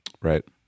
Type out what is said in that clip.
Right